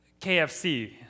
KFC